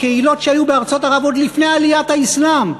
קהילות שהיו בארצות ערב עוד לפני עליית האסלאם,